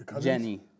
Jenny